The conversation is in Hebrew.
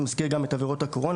נזכיר גם את עבירות הקורונה.